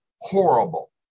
horrible